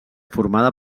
formada